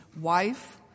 wife